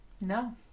No